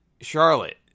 Charlotte